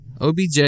OBJ